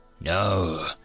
No